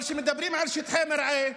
אבל כשמדברים על שטחי מרעה,